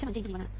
5 × V1 ആണ്